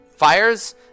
fires